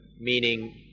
meaning